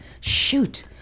Shoot